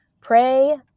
Pray